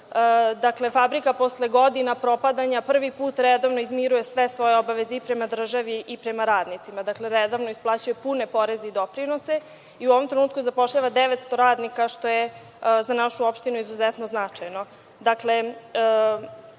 prekida. Fabrika posle godina propadanja prvi put redovno izmiruje sve svoje obaveze i prema državi i prema radnicima. Dakle, redovno isplaćuju pune poreze i doprinose i u ovom trenutku zapošljava 900 radnika, što je za našu opštinu izuzetno značajno. Dakle,